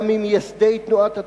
היה ממייסדי תנועת התחיה.